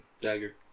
dagger